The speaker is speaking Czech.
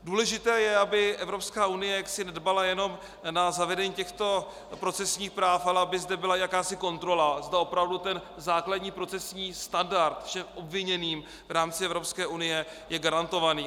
Důležité je, aby Evropská unie nedbala jenom na zavedení těchto procesních práv, ale aby zde byla jakási kontrola, zda opravdu ten základní procesní standard všem obviněným v rámci Evropské unie je garantovaný.